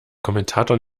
kommentator